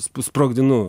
spus sprogdinu